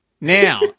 Now